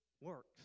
works